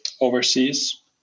overseas